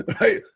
Right